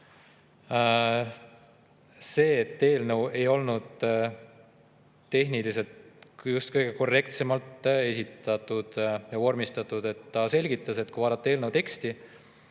see, et eelnõu ei olnud tehniliselt just kõige korrektsemalt vormistatud. Ta selgitas, et kui vaadata eelnõu teksti,